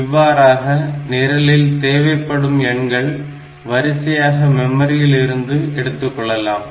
இவ்வாறாக நிரலில் தேவைப்படும் எண்கள் வரிசையாக மெமரியிலிருந்து எடுத்துக்கொள்ளலாம்